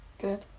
Good